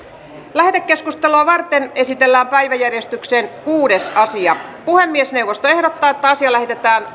lähetekeskustelua varten esitellään päiväjärjestyksen kuudes asia puhemiesneuvosto ehdottaa että asia lähetetään